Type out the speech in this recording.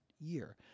year